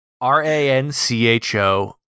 R-A-N-C-H-O